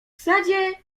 sadzie